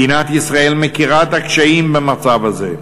מדינת ישראל מכירה את הקשיים במצב הזה.